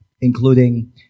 including